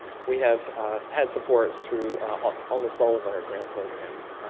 we have had support through ah almost all of our grant programs.